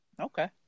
Okay